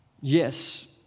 Yes